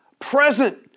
present